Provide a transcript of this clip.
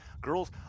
girls